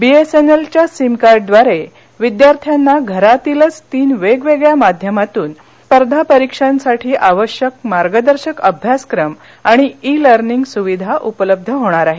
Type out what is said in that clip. बीएसएनलच्या सीमकार्डद्वारे विद्यार्थ्यांना घरातीलच तीन वेगवेगळ्या माध्यमातून स्पर्धा परीक्षांसाठी आवश्यक मार्गदर्शक अभ्यासक्रम आणि इ लर्निंग स्विधा उपलब्ध होणार आहे